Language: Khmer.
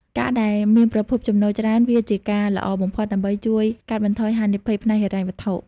ការដែលមានប្រភពចំណូលច្រើនវាជាការល្អបំផុត ដើម្បីជួយកាត់បន្ថយហានិភ័យផ្នែកហិរញ្ញវត្ថុ។